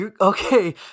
Okay